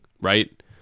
right